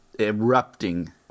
erupting